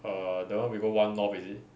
err the one we go one north is it